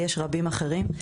כמוהו עוד רבים אחרים.